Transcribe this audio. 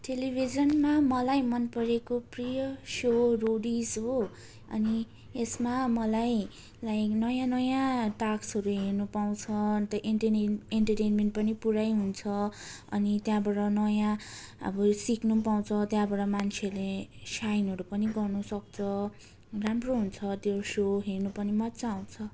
टेलिभिजनमा मलाई मनपरेको प्रिय सो रोडिस हो अनि यसमा मलाई लाइक नयाँ नयाँ टास्कहरू हेर्नु पाउँछ अन्त इन्टरटेन इन्टरटेन्मेन्ट पनि पुरै हुन्छ अनि त्यहाँबाट नयाँ अब सिक्नु पनि पाउँछ अनि त्यहाँबाट मान्छेहरूले साइनहरू पनि गर्नुसक्छ राम्रो हुन्छ त्यो सो हेर्नु पनि मजा आउँछ